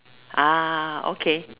ah okay